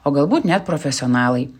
o galbūt net profesionalai